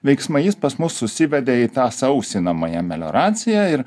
veiksmai jis pas mus susivedė į tą sausinamąją melioraciją ir